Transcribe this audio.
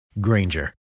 Granger